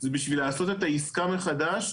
זה בשביל לעשות את העיסקה מחדש,